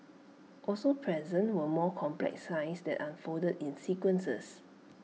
also present were more complex signs that unfolded in sequences